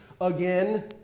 again